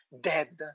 dead